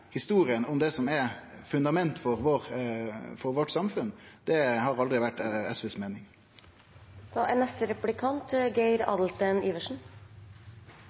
historia om det som er fundamentet for vårt samfunn, har aldri vore SVs